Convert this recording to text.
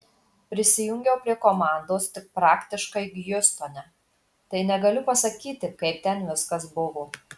prisijungiau prie komandos tik praktiškai hjustone tai negaliu pasakyti kaip ten viskas buvo